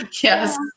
Yes